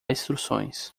instruções